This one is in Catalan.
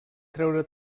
treure